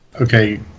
Okay